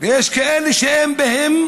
ויש כאלה שאין בהם